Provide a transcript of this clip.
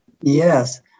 Yes